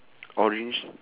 orange